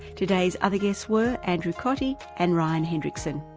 today's other guests were andrew cottey and ryan hendrickson.